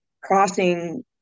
crossing